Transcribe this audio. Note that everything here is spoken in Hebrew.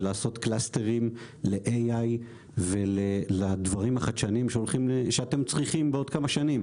ולעשות קלסטרים ל-AI ולדברים החדשניים שאתם צריכים בעוד כמה שנים.